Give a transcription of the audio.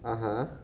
(uh huh)